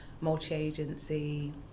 multi-agency